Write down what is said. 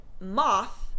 moth